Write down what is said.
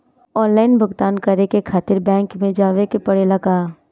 Online भुगतान करे के खातिर बैंक मे जवे के पड़ेला का?